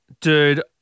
Dude